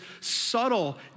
subtle